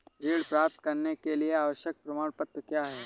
ऋण प्राप्त करने के लिए आवश्यक प्रमाण क्या क्या हैं?